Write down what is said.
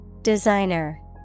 Designer